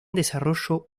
desarrollo